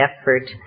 effort